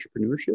entrepreneurship